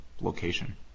location